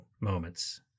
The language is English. moments